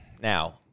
Now